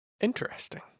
Interesting